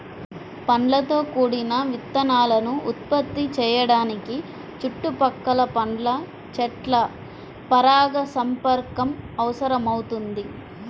పండ్లతో కూడిన విత్తనాలను ఉత్పత్తి చేయడానికి చుట్టుపక్కల పండ్ల చెట్ల పరాగసంపర్కం అవసరమవుతుంది